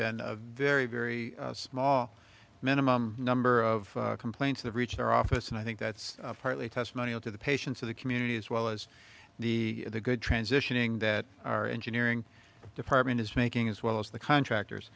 been a very very small minimum number of complaints that reached our office and i think that's partly testimonial to the patience of the community as well as the good transitioning that our engineering department is making as well as the contractors